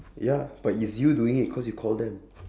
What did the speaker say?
ya but it's you doing it cause you call them